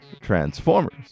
Transformers